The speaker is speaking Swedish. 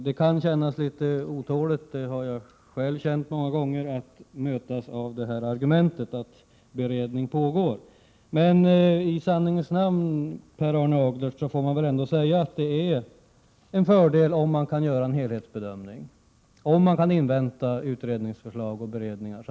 Man kan känna sig litet otålig — det har jag själv gjort många gånger — när man möts av argumentet att beredning pågår, men i sanningens namn får man väl ändå, Per Arne Aglert, säga att det är en fördel om en helhetsbedömning görs, dvs. utredningens beredning och förslag inväntas.